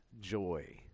joy